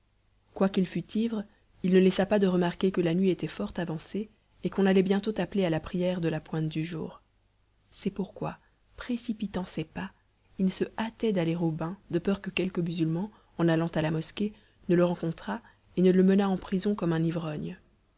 quoiqu'il fût ivre il ne laissa pas de remarquer que la nuit était fort avancée et qu'on allait bientôt appeler à la prière de la pointe du jour c'est pourquoi précipitant ses pas il se hâtait d'arriver au bain de peur que quelque musulman en allant à la mosquée ne le rencontrât et ne le menât en prison comme un